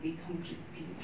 become crispy